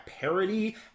parody